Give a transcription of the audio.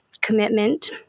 commitment